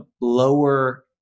lower